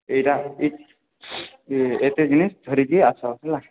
ଏଇଟା ଏତେ ଜିନିଷ ଧରିକି ଆସ ହେଲା